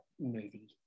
movie